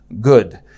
good